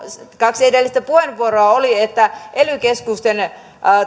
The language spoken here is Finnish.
kaksi edellistä puheenvuoroa oli että tätä ely keskusten